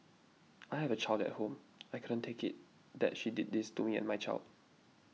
I have a child at home I couldn't take it that she did this to me and my child